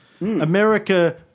America